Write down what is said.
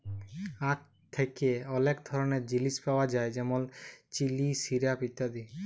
আখ থ্যাকে অলেক ধরলের জিলিস পাওয়া যায় যেমল চিলি, সিরাপ ইত্যাদি